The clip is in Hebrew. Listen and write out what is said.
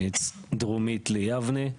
דרומית ליבנה.